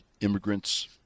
immigrants